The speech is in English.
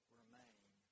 remain